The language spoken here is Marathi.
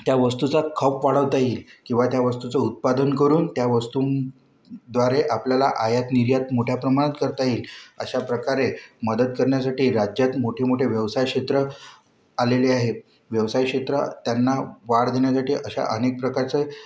त्या वस्तूचा खप वाढवता येईल किंवा त्या वस्तूचं उत्पादन करून त्या वस्तूंद्वारे आपल्याला आयात निर्यात मोठ्या प्रमाणात करता येईल अशा प्रकारे मदत करण्यासाठी राज्यात मोठेमोठे व्यवसाय क्षेत्र आलेले आहेत व्यवसाय क्षेत्रा त्यांना वाढ देण्यासाठी अशा अनेक प्रकारचं